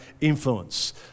influence